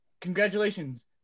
Congratulations